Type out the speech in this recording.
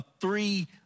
three